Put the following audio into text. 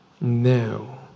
No